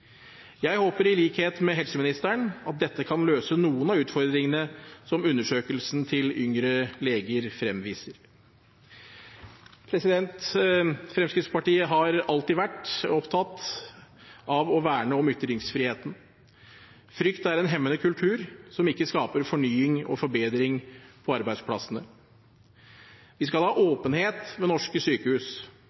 Jeg håper, i likhet med helseministeren, at dette kan løse noen av utfordringene som undersøkelsen til Yngre legers forening fremviser. Fremskrittspartiet har alltid vært opptatt av å verne om ytringsfriheten. Frykt er en hemmende kultur, som ikke skaper fornying og forbedring på arbeidsplassene. Vi skal ha åpenhet ved norske sykehus,